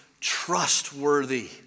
trustworthy